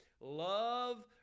Love